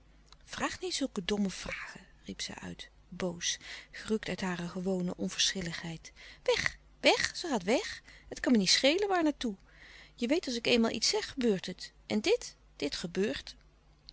vraag niet zulke domme vragen riep zij uit boos gerukt uit hare gewone onverschilligheid weg weg ze gaat weg het kan me niet schelen waarnaar toe je weet als ik eenmaal iets zeg gebeurt het en dit dit gebeurt